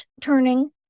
turning